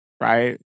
Right